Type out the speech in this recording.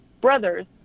brothers